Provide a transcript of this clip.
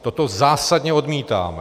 Toto zásadně odmítáme.